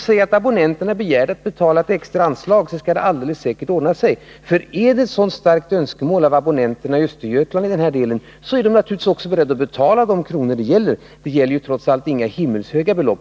Säg därvid att abonnenterna är beredda att betala ett extra anslag. Det kommer då alldeles säkert att ordna sig. Om önskemålet hos abonnenterna i Östergötland i detta avseende är så starkt, är de naturligtvis också beredda att betala de kronor det gäller; det är trots allt inte fråga om några himmelshöga belopp.